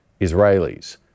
Israelis